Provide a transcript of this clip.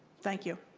thank you.